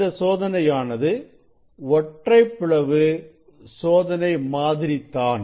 இந்த சோதனையானது ஒற்றைப் பிளவு சோதனை மாதிரிதான்